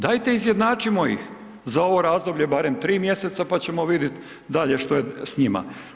Dajte izjednačimo ih za ovo razdoblje barem 3 mjeseca, pa ćemo vidit dalje što je s njima.